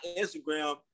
Instagram